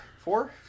Four